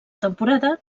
temporada